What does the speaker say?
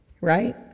right